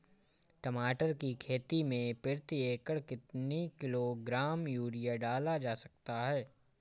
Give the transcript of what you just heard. टमाटर की खेती में प्रति एकड़ कितनी किलो ग्राम यूरिया डाला जा सकता है?